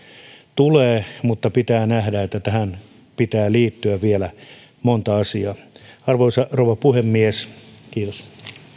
tulee mutta pitää nähdä että tähän pitää liittyä vielä monta asiaa arvoisa rouva puhemies kiitos